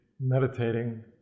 meditating